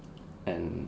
and